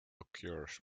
occurs